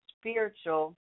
spiritual